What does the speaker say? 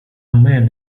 man